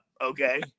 okay